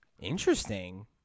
Interesting